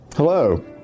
Hello